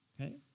Okay